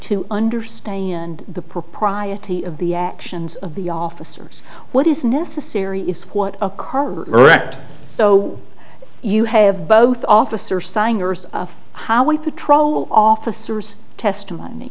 to understand the propriety of the actions of the officers what is necessary is what occurred so you have both officer signers highway patrol officers testimony